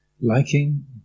liking